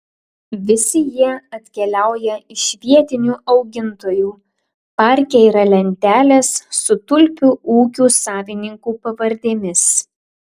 visi jie atkeliauja iš vietinių augintojų parke yra lentelės su tulpių ūkių savininkų pavardėmis